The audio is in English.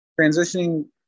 Transitioning